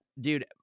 dude